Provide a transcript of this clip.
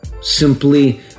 Simply